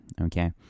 Okay